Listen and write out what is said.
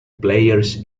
players